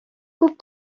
күп